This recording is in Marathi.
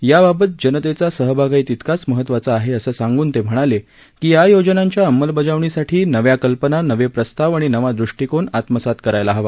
याबाबत जनतेचा सहभागही तितकाच महत्त्वाचा आहे असं सांगून ते म्हणाले की या योजनांच्या अंमलबजावणीसाठी नव्या कल्पना नवे प्रस्ताव आणि नवा दृष्टिकोन आत्मसात करायला हवा